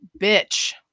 bitch